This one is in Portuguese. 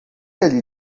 ele